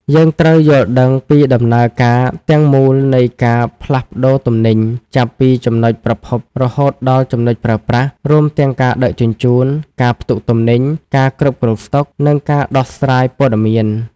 យើងត្រូវយល់ដឹងពីដំណើរការទាំងមូលនៃការផ្លាស់ប្តូរទំនិញ ចាប់ពីចំណុចប្រភពរហូតដល់ចំណុចប្រើប្រាស់ រួមទាំងការដឹកជញ្ជូន ការផ្ទុកទំនិញ ការគ្រប់គ្រងស្តុក និងការដោះស្រាយព័ត៌មាន។